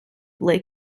lake